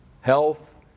health